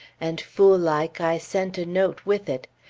and, fool-like, i sent a note with it.